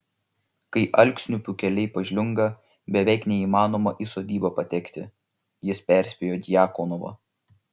kai alksniupių keliai pažliunga beveik neįmanoma į sodybą patekti jis perspėjo djakonovą